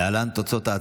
(הוספת עבירה של גביית דמי חסות),